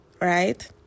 right